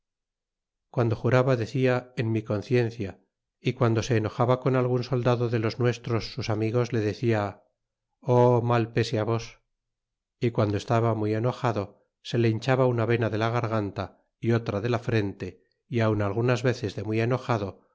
quando juraba decia en mi conciencia y guando se enojaba con algun soldado de los nuestros sus amigos le decia o mal pese á vos y guando estaba muy enojado se le hinchaba una vena de la garganta y otra de la frente y aun algunas veces de muy enojado